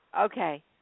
Okay